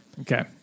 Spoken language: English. Okay